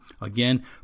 Again